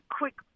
quick